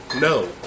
No